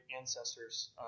ancestors